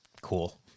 cool